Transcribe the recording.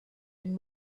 and